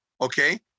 Okay